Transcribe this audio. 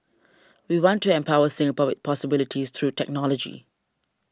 we want to empower Singapore with possibilities through technology